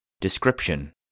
Description